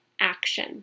action